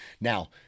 now